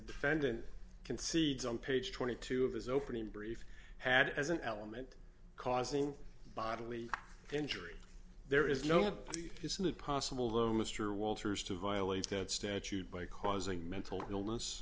defendant concedes on page twenty two dollars of his opening brief had as an element causing bodily injury there is no isn't it possible though mr walters to violate that statute by causing mental illness